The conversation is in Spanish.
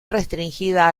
restringida